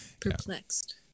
Perplexed